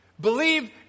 Believe